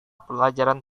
pelajaran